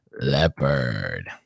Leopard